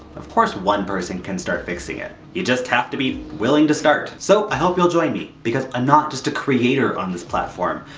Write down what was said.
of course one person can start fixing it. you just have to be willing to start. so, i hope you'll join me. i'm ah not just a creator on this platform.